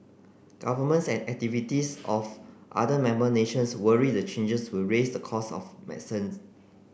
governments and activists of other member nations worry the changes will raise the costs of